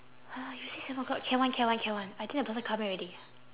you say seven o'clock can [one] can [one] can [one] I think the person coming already